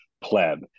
pleb